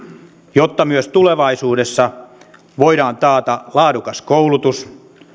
jotta myös tulevaisuudessa voidaan taata laadukas koulutus